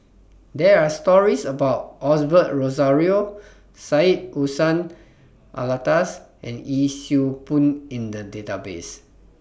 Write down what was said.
There Are stories about Osbert Rozario Syed Hussein Alatas and Yee Siew Pun in The Database